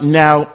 now